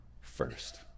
first